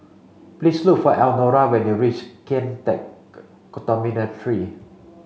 please look for Elnora when you reach Kian Teck Dormitory